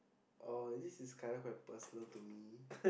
oh this is kind of like personal to me